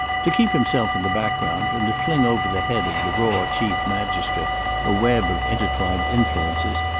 to keep himself in the background, and to fling over the head of the raw chief magistrate a web of intertwined influences,